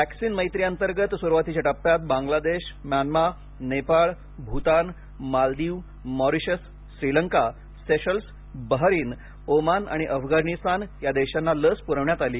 vaccine मैत्री अंतर्गत सुरुवातीच्या टप्प्यात Bangladesh Myanmar Nepal Bhutan Maldives Mauritius Sri Lanka Seychelles Bahrain Oman आणि अफगाणिस्तान या देशांना लस पुरवण्यात आली